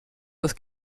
das